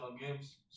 games